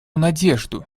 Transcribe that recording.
надежду